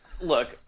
look